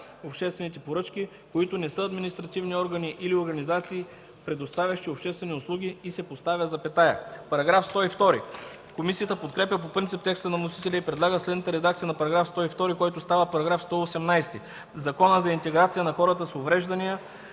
обществените поръчки, които не са административни органи или организации, предоставящи обществени услуги” и се поставя запетая.” По § 102 комисията подкрепя по принцип текста на вносителя и предлага следната редакция на параграфа, който става § 118: „§ 118. В Закона за интеграция на хората с увреждания